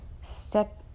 step